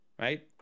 right